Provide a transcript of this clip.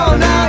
now